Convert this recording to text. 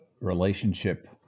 relationship